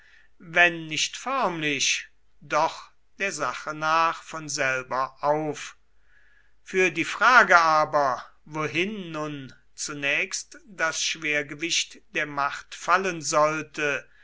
wenn nicht förmlich doch der sache nach von selber auf für die frage aber wohin nun zunächst das schwergewicht der macht fallen sollte